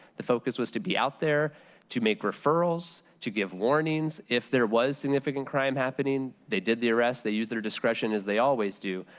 the focus was to be out there to make referrals, to give warnings if there was a significant crime happening. they did the arrest, they used their discretion as they always do,